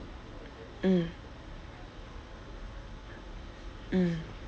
mm mm